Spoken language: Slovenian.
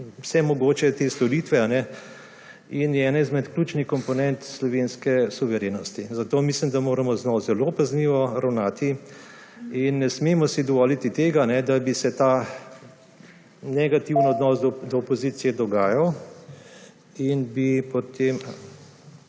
vse mogoče storitve in je ena izmed ključnih komponent slovenske suverenosti, zato mislim, da moramo z njo zelo pazljivo ravnati in si ne smemo dovoliti tega, da bi se ta negativen odnos do opozicije dogajal in bi potem